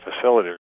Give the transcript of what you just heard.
facility